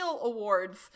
awards